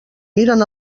miren